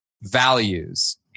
values